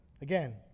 Again